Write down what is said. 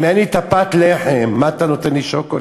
אם אין לי פת לחם, מה אתה נותן לי שוקולד?